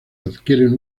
adquieren